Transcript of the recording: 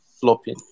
flopping